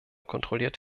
kontrolliert